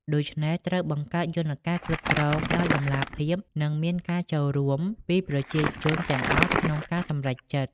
ដូច្នេះ ត្រូវបង្កើតយន្តការគ្រប់គ្រងដោយតម្លាភាព និងមានការចូលរួមពីប្រជាជនទាំងអស់ក្នុងការសម្រេចចិត្ត។